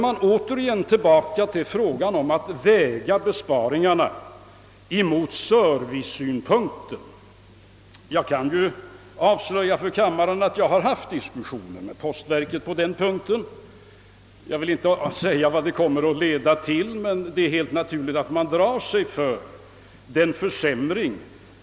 Men då är vi tillbaka till frågan om att väga besparingarna mot servicesynpunkterna. Jag kan avslöja för kammarens ledamöter att jag har fört diskussioner med postverket om den saken. Jag kan inte nu säga vad de överläggningarna kommer att leda till, men det är helt naturligt att man drar sig för försämringar i postutbärningen.